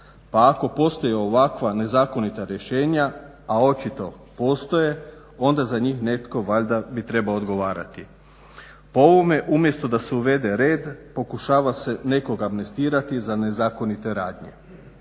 pa ako postoji ovakva nezakonita rješenja, a očito postoje, onda za njih netko valjda bi trebao odgovarati. Po ovome umjesto da se uvede red, pokušava se nekoga amnestirati za nezakonite radnje.